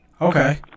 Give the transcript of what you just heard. okay